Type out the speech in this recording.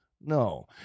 No